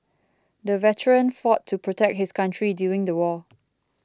the veteran fought to protect his country during the war